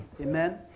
Amen